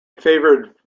favoured